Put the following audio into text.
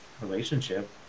relationship